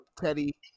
Teddy